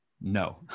no